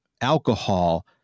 alcohol